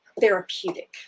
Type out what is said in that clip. Therapeutic